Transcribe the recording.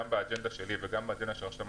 גם באג'נדה שלי וגם באג'נדה של הרשות,